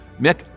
Mick